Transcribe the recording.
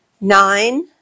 nine